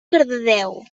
cardedeu